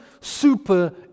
super